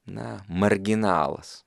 na marginalas